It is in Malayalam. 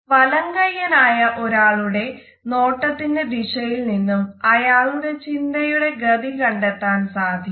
വലം കൈയ്യനായ ഒരാളുടെ നോട്ടത്തിന്റെ ദിശയിൽ നിന്നും അയാളുടെ ചിന്തയുടെ ഗതി കണ്ടെത്താൻ സാധിക്കും